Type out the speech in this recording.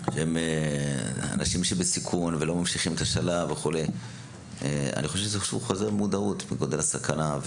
של אנשים בסיכון שלא ממשיכים את השלבים בגלל חוסר מודעות לגודל הסכנה.